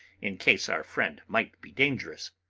in case our friend might be dangerous.